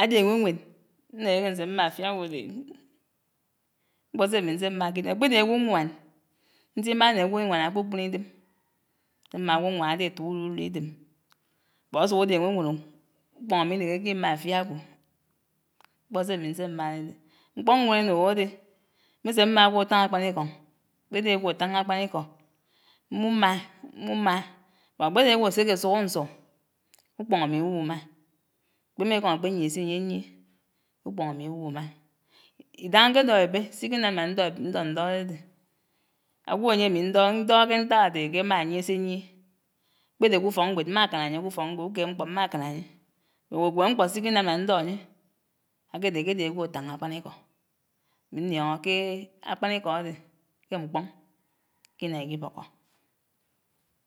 ádé áñwéwén, ñékéké nsé mmá áfiá ágwodén, mkpó sé ámi ñsémá ákpédé ágwoñwán, ñsimáá né ágwoñwán ákpokpon ídém, ñsémá ágwoñwán ádé étok urudurud ídém bot ásuk ádé ánwéwén ò, ukpóñ ámí ínékéké ímá áfíá ágwó, mkpó sé ámí nsémá ádédé. Mkpó ñwén ánuhó ádé, mésémmá ágwo átáñ ákpáníkó, ákpédé ágwo átáñá ákpáníkó mmumá, mmumá, bót ákpédé ágwo áséké ásuhó ñsu, ukpóñ ámi íwuh'umá mkpím'ékóm ákpéyié séyiéyié, ukpoñ ámi íwuh'umá. Ídáhá nké dóhó ébé sikinám ná ndó ndó ádédé. Agwo áyémi ndóhó ndóhó kénták ádéhé ké ámáyié séyié, kpédé k'ufókñgwéd mmákán áyé k'ufókñgwéd ukéd mkpó mmákán áyé. Ñkukwéñé mkpó síkínám ná ndó áyé ákédé kédé ágwo átáñá ákpáníkó ámí nníóñó kééé ákpánikó ádé ké mkpóñ kínáíkíbókó